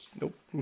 Nope